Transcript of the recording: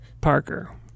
Parker